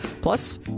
Plus